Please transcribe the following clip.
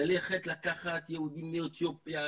ללכת לקחת יהודים מאתיופיה,